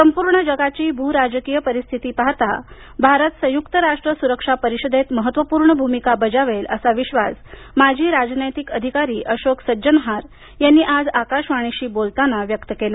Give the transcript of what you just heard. संपूर्ण जगाची भू राजकीय परिस्थिती पाहता भारत संयुक्त राष्ट्र सुरक्षा परिषदेत महत्त्वपूर्ण भूमिका बजावेल असा विश्वास माजी राजनैतिक अधिकारी अशोक सज्जनहार यांनी आज आकाशवाणीशी बोलताना व्यक्त केला